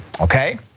Okay